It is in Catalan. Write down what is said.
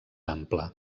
ample